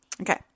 Okay